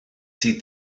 sydd